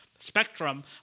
Spectrum